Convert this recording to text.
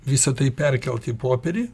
visa tai perkelt į popierį